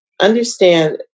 Understand